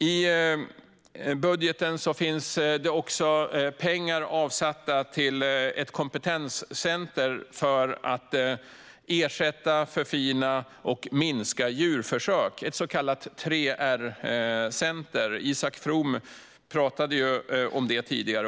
I budgeten finns också pengar avsatta till ett kompetenscenter, ett så kallat 3R-center, för att ersätta, förfina och minska djurförsök. Isak From talade om det här tidigare.